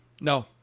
No